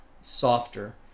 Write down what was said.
softer